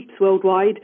worldwide –